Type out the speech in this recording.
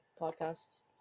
podcasts